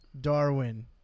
Darwin